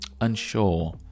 unsure